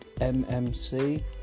MMC